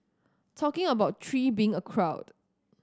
talking about three being a crowd